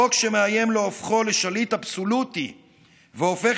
חוק שמאיים להופכו לשליט אבסולוטי והופך